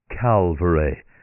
Calvary